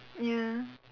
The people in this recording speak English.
ya